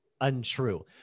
untrue